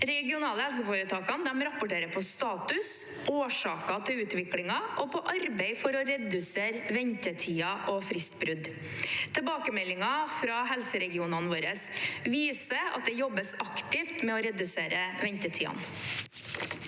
regionale helseforetakene rapporterer på status, på årsaker til utviklingen og på arbeid for å redusere ventetider og fristbrudd. Tilbakemeldingen fra helseregionene våre viser at det jobbes aktivt med å redusere ventetidene.